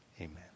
Amen